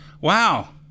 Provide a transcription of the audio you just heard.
wow